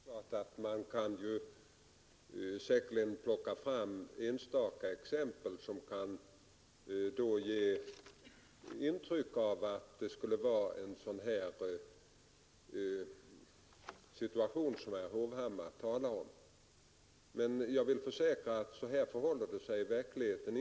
Herr talman! Man kan alldeles säkert plocka fram enstaka exempel, som ger intryck av att det föreligger en sådan situation som herr Hovhammar talar om, men jag vill försäkra att det inte förhåller sig så i verkligheten.